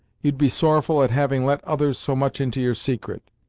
you'd be sorrowful at having let others so much into your secret.